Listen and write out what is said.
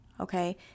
okay